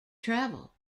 travel